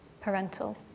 parental